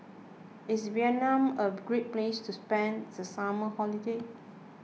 is Vietnam a great place to spend the summer holiday